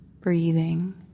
breathing